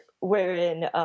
wherein